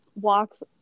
walks